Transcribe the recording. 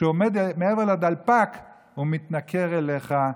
כשהוא עומד מעבר לדלפק הוא מתנכר אליך.